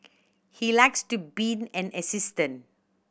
he likes to being an assistant